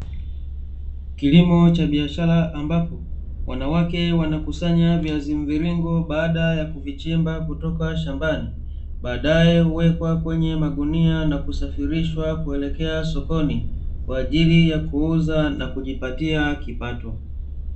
Kilimo cha biashara, ambapo wanawake wanakusanya viazi mviringo baada ya kuvichimba kutoka shambani, baadae huwekwa kwenye magunia na kusafirishwa kuelekea sokoni kwa ajili ya kuuza na kujipatia kipato.